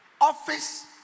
office